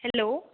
hello